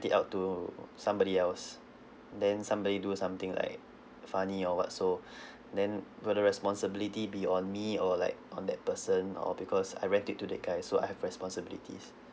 it out to uh somebody else and then somebody do something like funny or what so then will the responsibility be on me or like on that person or because I rent it to that guy so I have responsibilities